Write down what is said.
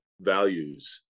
values